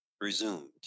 resumed